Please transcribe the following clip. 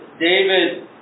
David